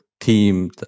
team